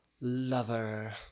lover